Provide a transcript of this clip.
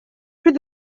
plus